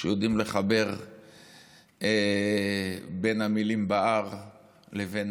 שיודעים לחבר בין המילים בהר לבין